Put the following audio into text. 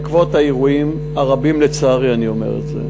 בעקבות האירועים הרבים, לצערי, אני אומר את זה,